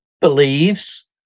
believes